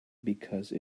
because